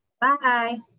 Bye